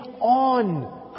on